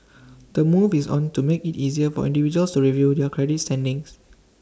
the move is on to make IT easier for individuals to review their credit standings